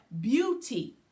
Beauty